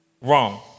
wrong